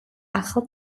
ახალ